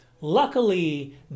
Luckily